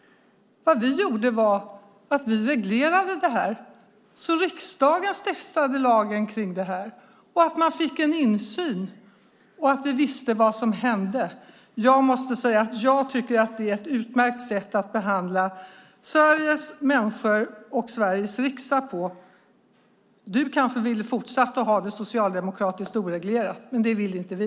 Det vi gjorde var att reglera, så att riksdagen stiftade lagen kring detta och så att man fick en insyn och visste vad som hände. Jag måste säga att jag tycker att det är ett utmärkt sätt att behandla Sveriges människor och Sveriges riksdag på. Du kanske hade velat fortsätta ha det socialdemokratiskt oreglerat, men det vill inte vi.